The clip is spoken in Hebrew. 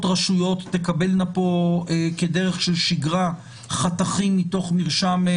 רשויות תקבלנה כדרך של שגרה חתכים מתוך מרשם...